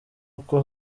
uko